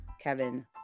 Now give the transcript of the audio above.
Kevin